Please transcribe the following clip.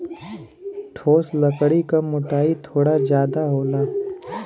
ठोस लकड़ी क मोटाई थोड़ा जादा होला